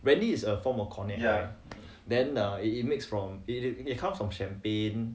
really is a form of cognac then err it it makes from it it comes from champagne